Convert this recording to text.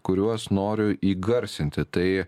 kuriuos noriu įgarsinti tai